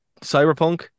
Cyberpunk